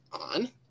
on